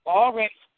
already